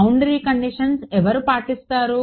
boundary conditions ఎవరు పాటిస్తారు